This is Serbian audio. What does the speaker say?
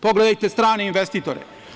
Pogledajte strane investitore.